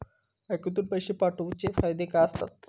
बँकेतून पैशे पाठवूचे फायदे काय असतत?